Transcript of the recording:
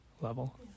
Level